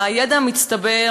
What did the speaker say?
והידע מצטבר,